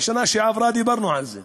ובשנה שעברה דיברנו על זה,